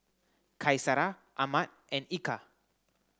Qaisara Ahmad and Eka